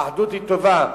האחדות היא טובה,